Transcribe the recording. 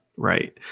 Right